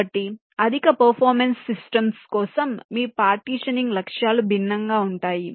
కాబట్టి అధిక performance systems కోసం మీ పార్టిషనింగ్ లక్ష్యాలు భిన్నంగా ఉంటాయి